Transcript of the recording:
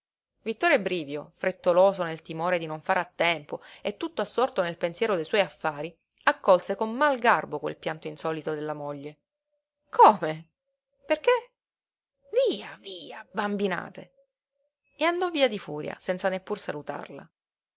vittore brivio frettoloso nel timore di non fare a tempo e tutto assorto nel pensiero dei suoi affari accolse con mal garbo quel pianto insolito della moglie come perché via via bambinate e andò via di furia senza neppur salutarla